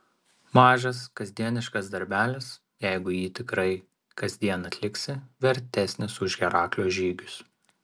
mažas kasdieniškas darbelis jeigu jį tikrai kasdien atliksi vertesnis už heraklio žygius